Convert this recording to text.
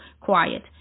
quiet